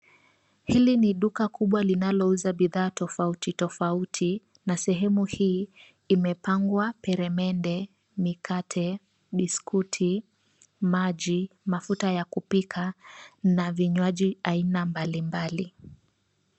Hili ni duka kubwa linalouza bidhaa tofauti tofauti na sehemu hii imepangwa peremende, mikate, biskuti, maji, mafuta ya kupika na vinywaji aina mbalimbali.